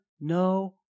no